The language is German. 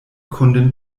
kundin